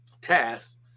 task